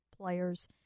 players